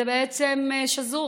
זה בעצם שזור